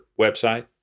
website